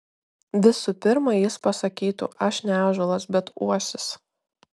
visų pirma jis pasakytų aš ne ąžuolas bet uosis